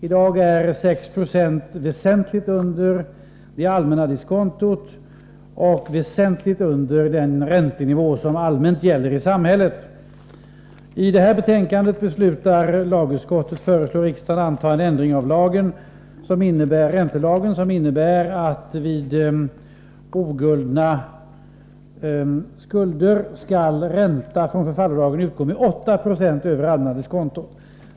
I dag är 6 90 väsentligt under det allmänna diskontot och även väsentligt under den räntenivå som allmänt gäller i samhället. I sitt betänkande föreslår lagutskottet riksdagen att anta en räntelagsändring som innebär att vid oguldna skulder skall ränta från förfallodagen utgå med 8 6 över det allmänna diskontot.